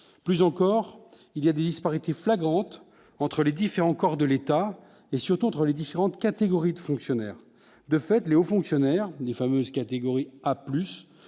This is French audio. plus encore, il y a disparité flagrante entre les différents corps de l'État et surtout entre les différentes catégories de fonctionnaires, de fait, très haut fonctionnaires les fameuses catégories A